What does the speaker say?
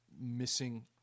missing